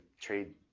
trade